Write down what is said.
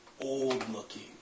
old-looking